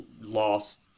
lost